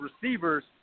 receivers